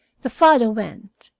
the father went.